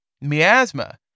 Miasma